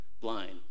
blind